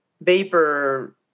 Vapor